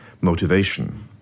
motivation